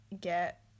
get